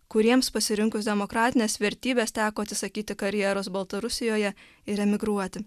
kuriems pasirinkus demokratines vertybes teko atsisakyti karjeros baltarusijoje ir emigruoti